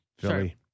Sorry